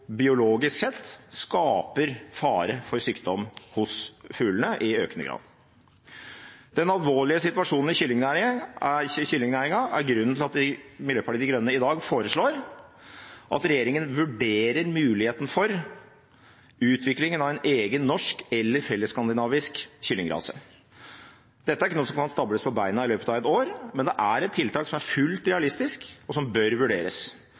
biologisk sett skaper fare for sykdom hos fuglene i økende grad. Den alvorlige situasjonen i kyllingnæringen er grunnen til at Miljøpartiet De Grønne i dag foreslår at regjeringen vurderer muligheten for utviklingen av en egen norsk eller fellesskandinavisk kyllingrase. Dette er ikke noe som kan stables på beina i løpet av et år, men det er et tiltak som er fullt realistisk, og som bør vurderes.